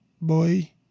boy